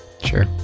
Sure